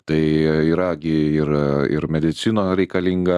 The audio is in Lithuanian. tai yra gi ir a ir medicina reikalinga